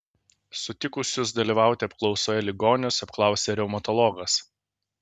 sutikusius dalyvauti apklausoje ligonius apklausė reumatologas